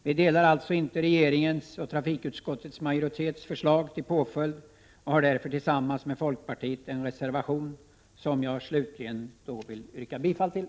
Vi delar alltså inte regeringens och trafikutskottets majoritets förslag till påföljd och har därför tillsammans med folkpartiet avgivit en reservation, som jag slutligen vill yrka bifall till.